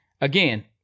again